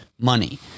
money